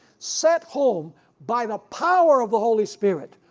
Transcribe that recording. set home by the power of the holy spirit,